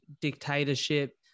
dictatorship